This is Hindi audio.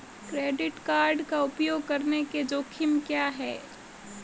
क्रेडिट कार्ड का उपयोग करने के जोखिम क्या हैं?